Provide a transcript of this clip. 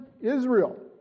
Israel